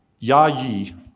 Yayi